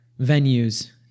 venues